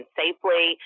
safely